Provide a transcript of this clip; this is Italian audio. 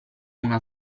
una